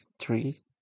trees